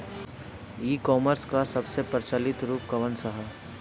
ई कॉमर्स क सबसे प्रचलित रूप कवन सा ह?